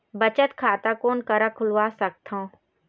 बचत खाता कोन करा खुलवा सकथौं?